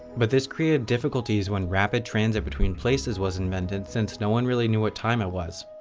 but this created difficulties when rapid transit between places was invented since no-one really knew what time it was.